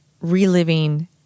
reliving